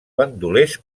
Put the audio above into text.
bandolers